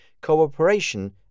cooperation